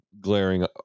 glaring